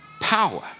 power